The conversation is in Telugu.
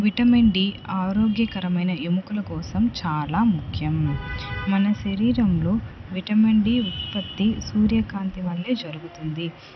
విటమిన్ డి ఆరోగ్యకరమైన ఎముకుల కోసం చాలా ముఖ్యం మన శరీరంలో విటమిన్ డి ఉత్పత్తి సూర్యకాంతి వల్లే జరుగుతుంది